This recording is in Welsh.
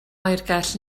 oergell